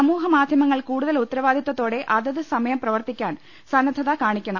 സാമൂഹ്യമാധ്യമങ്ങൾ കൂടുതൽ ഉത്തരവാദിത്തത്തോടെ അതത് സമയം പ്രവർത്തിക്കാൻ സന്നദ്ധത കാണിക്കണം